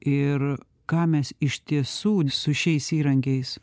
ir ką mes iš tiesų su šiais įrankiais